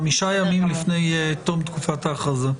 חמישה ימים לפני תום תקופת ההכרזה.